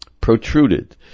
protruded